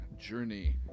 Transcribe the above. journey